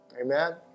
Amen